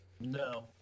No